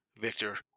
Victor